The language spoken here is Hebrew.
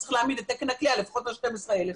צריך להעמיד את תקן הכליאה לפחות על 12,000,